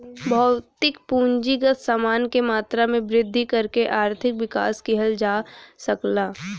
भौतिक पूंजीगत समान के मात्रा में वृद्धि करके आर्थिक विकास किहल जा सकला